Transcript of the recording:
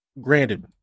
granted